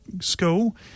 school